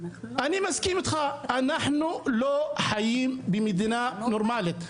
אני מסכים איתך אנחנו לא חיים במדינה נורמלית,